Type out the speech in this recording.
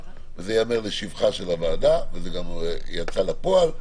וייאמר לשבחה של הוועדה וזה גם יצא לפועל,